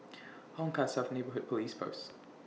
Hong Kah South Neighbourhood Police Post